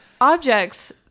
objects